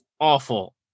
awful